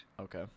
Okay